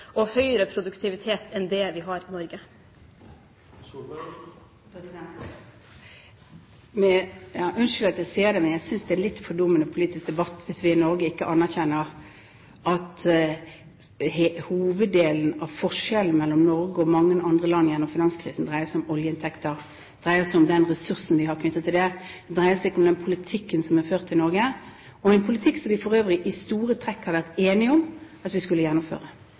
og høyere produktivitet enn det vi har i Norge? Unnskyld at jeg sier det, men jeg synes det er en litt fordummende politisk debatt hvis vi i Norge ikke anerkjenner at hoveddelen av forskjellene mellom Norge og mange andre land gjennom finanskrisen dreier seg om oljeinntekter og om den ressursen vi har knyttet til det. Den dreier seg ikke om den politikken som er ført i Norge – en politikk som vi for øvrig i store trekk har vært enige om at vi skulle gjennomføre.